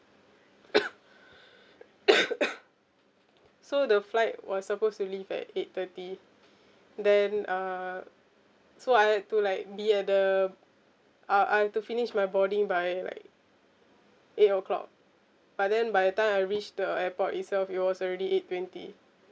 so the flight was supposed to leave at eight thirty then uh so I need to like be at the uh I've to finish my boarding by like eight o'clock but then by the time I reach the airport itself it was already eight twenty